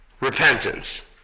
repentance